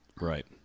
Right